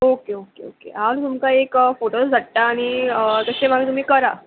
okay okay okay हांव तुमकां एक फोटोज धाडटा आनी तशें म्हाका तुमी करा